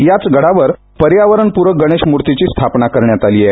याच गडावर पर्यावरण पूरक गणेश मूर्तीची स्थापना करण्यात आलीय